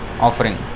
offering